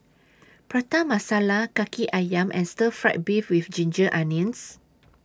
Prata Masala Kaki Ayam and Stir Fried Beef with Ginger Onions